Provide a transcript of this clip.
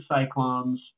Cyclones